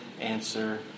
answer